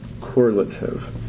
correlative